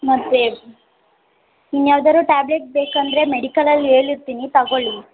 ಮತ್ತು ಇನ್ನು ಯಾವ್ದಾದ್ರು ಟ್ಯಾಬ್ಲೆಟ್ ಬೇಕಂದರೆ ಮೆಡಿಕಲಲ್ಲಿ ಹೇಳಿರ್ತೀನಿ ತಗೋಳ್ಳಿ